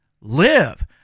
live